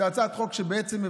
זו הצעת חוק שמבשרת